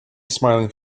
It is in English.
smiling